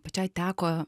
pačiai teko